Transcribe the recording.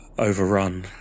overrun